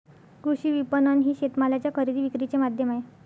कृषी विपणन हे शेतमालाच्या खरेदी विक्रीचे माध्यम आहे